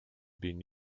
been